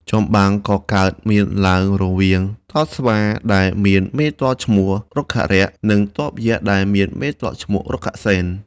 ចម្បាំង ក៏កើតមានឡើងរវាងទ័ព ស្វាដែលមានមេទ័ពឈ្មោះ រុក្ខរក្ស និងទ័ពយក្សដែលមានមេទ័ពឈ្មោះ រុក្ខសេន។